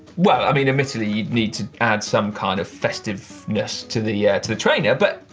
well, i mean admittedly you'd need to add some kind of festive-ness to the yeah to the trainer, but, you